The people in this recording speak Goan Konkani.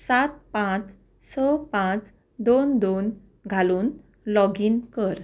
सात पांच स पांच दोन दोन घालून लॉगीन कर